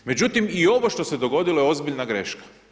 Međutim, i ovo što se dogodilo je ozbiljna greška.